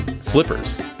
slippers